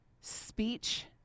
speech